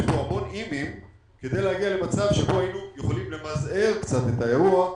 יש כאן המון "אם" כדי להגיע למצב שבו היינו יכולים למזער קצת את האירוע,